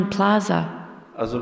Plaza